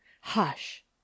hush